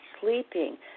sleeping